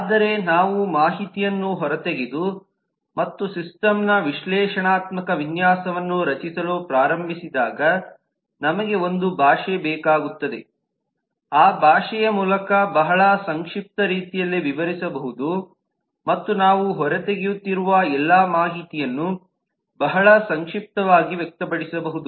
ಆದರೆ ನಾವು ಮಾಹಿತಿಯನ್ನು ಹೊರತೆಗೆದು ಮತ್ತು ಸಿಸ್ಟಮ್ನ ವಿಶ್ಲೇಷಣಾತ್ಮಕ ವಿನ್ಯಾಸವನ್ನು ರಚಿಸಲು ಪ್ರಾರಂಭಿಸಿದಾಗ ನಮಗೆ ಒಂದು ಭಾಷೆ ಬೇಕಾಗುತ್ತದೆ ಆ ಭಾಷೆಯ ಮೂಲಕ ಬಹಳ ಸಂಕ್ಷಿಪ್ತ ರೀತಿಯಲ್ಲಿ ವಿವರಿಸಬಹುದು ಮತ್ತು ನಾವು ಹೊರತೆಗೆಯುತ್ತಿರುವ ಎಲ್ಲಾ ಮಾಹಿತಿಯನ್ನು ಬಹಳ ಸಂಕ್ಷಿಪ್ತವಾಗಿ ವ್ಯಕ್ತಪಡಿಸಬಹುದು